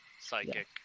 psychic